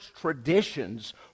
traditions